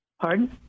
Pardon